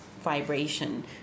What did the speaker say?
vibration